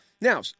Now